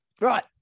Right